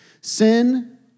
Sin